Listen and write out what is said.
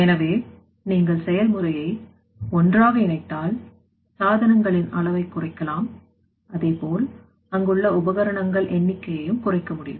எனவே நீங்கள் செயல்முறையை ஒன்றாக இணைத்தால் சாதனங்களின் அளவை குறைக்கலாம் அதேபோல் அங்குள்ள உபகரணங்கள் எண்ணிக்கையும் குறைக்க முடியும்